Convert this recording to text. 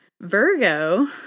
Virgo